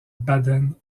baden